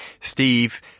Steve